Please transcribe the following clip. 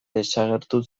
desagertu